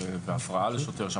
הפרעה לשוטר.